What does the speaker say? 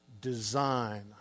design